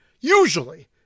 usually